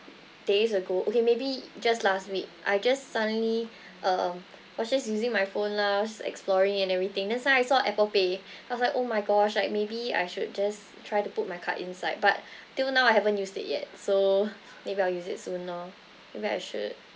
days ago okay maybe just last week I just suddenly um was just using my phone lah exploring and everything then suddenly I saw apple pay I was like oh my gosh like maybe I should just try to put my card inside but till now I haven't used it yet so maybe I'll use it soon loh maybe I should